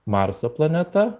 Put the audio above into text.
marso planeta